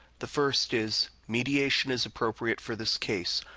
the first is mediation is appropriate for this case.